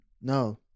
No